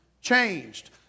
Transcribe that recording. changed